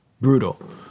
Brutal